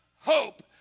hope